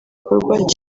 gikorwa